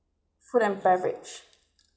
food and beverage